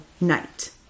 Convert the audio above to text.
night